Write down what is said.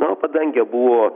na o padangė buvo